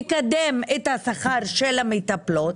לקדם את השכר של המטפלות,